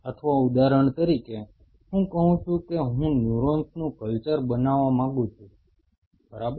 અથવા ઉદાહરણ તરીકે હું કહું છું કે હું ન્યુરોન્સનું કલ્ચર બનાવવા માંગુ છું બરાબર